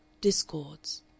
Discords